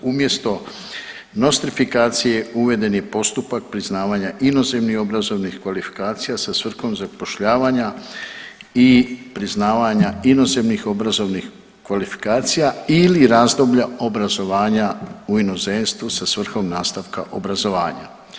Umjesto nostrifikacije uveden je postupak priznavanja inozemnih obrazovnih kvalifikacija sa svrhom zapošljavanja i priznavanja inozemnih obrazovnih kvalifikacija ili razdoblja obrazovanja u inozemstvu sa svrhom nastavka obrazovanja.